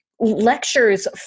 lectures